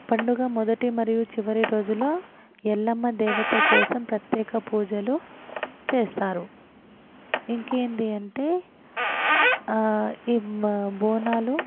పండుగ మొదటి మరియు చివరి రోజుల్లో ఎల్లమ్మ దేవత కోసం ప్రత్యేక పూజలు చేస్తారు ఇంకేంటి అంటే ఈ మ బోనాలు